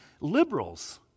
liberals